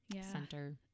center